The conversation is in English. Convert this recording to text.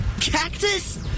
Cactus